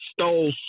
stole